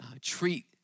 treat